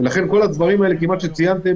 ולכן כל הדברים שציינתם,